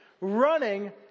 running